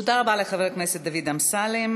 תודה רבה לחבר הכנסת דוד אמסלם.